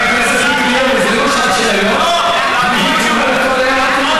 לא התכונן, תודה לשר.